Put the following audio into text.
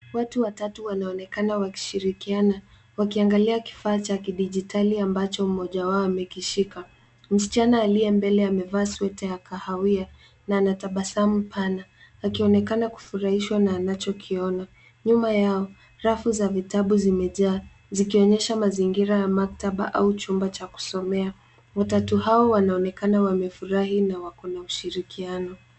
Watu watatu wanaonekana wakishirikiana wakiangalia kifaa cha kidijitali ambacho mmoja wao amekishika. Msichana aliye mbele amevaa sweta ya kahawia na anatabasamu pana akionekana kufurahishwa na anachokiona. Nyuma yao rafu za vitabu zimejaa zikionyesha mazingira ya maktaba au chumba cha kusomea. Watatu hao wanaonekana wamefurahi na wako na ushirikiano.